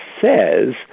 says